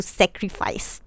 sacrifice